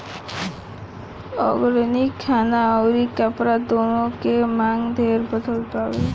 organic खाना अउरी कपड़ा दूनो के मांग ढेरे बढ़ल बावे